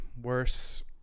Worse